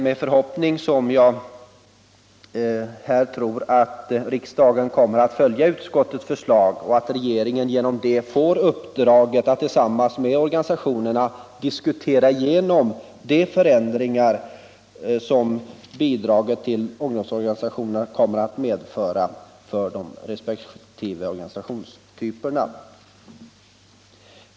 Mot den bakgrunden hyser jag förhoppningen att riksdagen kommer att följa utskottets förslag och att regeringen därigenom får uppdraget att med organisationerna diskutera igenom de förändringar som bidraget till ungdomsorganisationerna kommer att medföra för resp. organisationstyper.